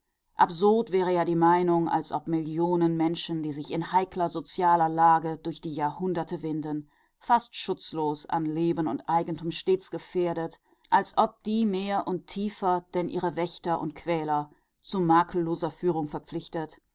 absurd wäre ja die meinung als ob millionen menschen die sich in heikler sozialer lage durch die jahrhunderte winden fast schutzlos an leben und eigentum stets gefährdet als ob die mehr und tiefer denn ihre wächter und quäler zu makelloser führung verpflichtet